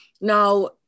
Now